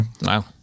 Wow